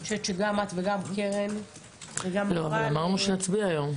גם את וגם קרן -- אמרנו שנצביע היום.